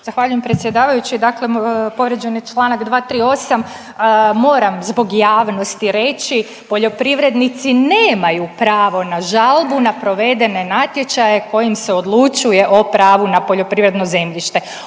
Zahvaljujem predsjedavajući, dakle povrijeđen je čl. 238, moram zbog javnosti reći, poljoprivrednici nemaju pravo na žalbu na provedene natječaje kojim se odlučuje o pravu na poljoprivredno zemljište.